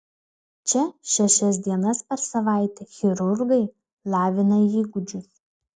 čia šešias dienas per savaitę chirurgai lavina įgūdžius